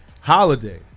Holiday